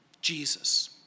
Jesus